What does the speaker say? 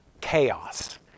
chaos